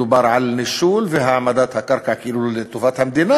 מדובר על נישול והעמדת הקרקע כאילו לטובת המדינה,